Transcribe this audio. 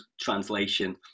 translation